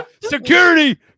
Security